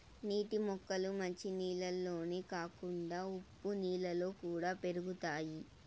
నీటి మొక్కలు మంచి నీళ్ళల్లోనే కాకుండా ఉప్పు నీళ్ళలో కూడా పెరుగుతాయి